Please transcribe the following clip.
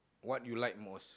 what you like most